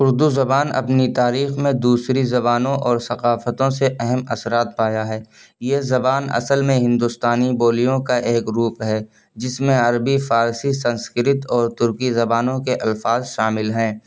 اردو زبان اپنی تاریخ میں دوسری زبانوں اور ثقافتوں سے اہم اثرات پایا ہے یہ زبان اصل میں ہندوستانی بولیوں کا ایک روپ ہے جس میں عربی فارسی سنسکرت اور ترکی زبانوں کے الفاظ شامل ہیں